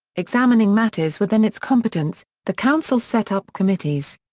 examining matters within its competence, the council set up committees.